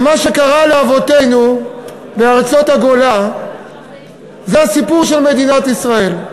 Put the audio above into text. מה שקרה לאבותינו בארצות הגולה זה הסיפור של מדינת ישראל,